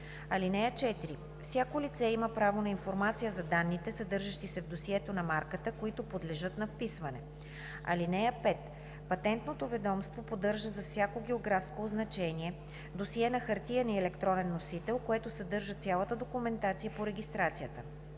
(4) Всяко лице има право на информация за данните, съдържащи се в досието на марката, които подлежат на вписване. (5) Патентното ведомство поддържа за всяко географско означение досие на хартиен и електронен носител, което съдържа цялата документация по регистрацията.